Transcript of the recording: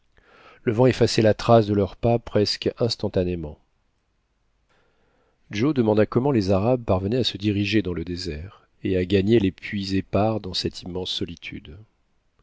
le vent effaçait la trace de leurs pas presque instantanément joe demanda comment les arabes parvenaient à se diriger dans le désert et à gagner les puits épars dans cette immense solitude